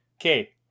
Okay